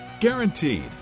Guaranteed